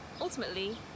ultimately